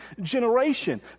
generation